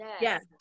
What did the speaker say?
Yes